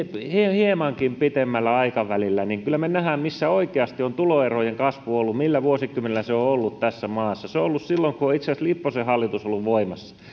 hiemankin pitemmällä aikavälillä niin kyllä me näemme missä oikeasti on tuloerojen kasvu ollut millä vuosikymmenellä se on on ollut tässä maassa se on itse asiassa ollut silloin kun on itse asiassa lipposen hallitus ollut voimassa